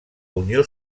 unió